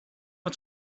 mae